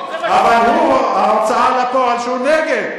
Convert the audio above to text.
אבל הוא, ההוצאה לפועל, הוא נגד.